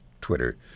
Twitter